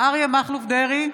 אריה מכלוף דרעי,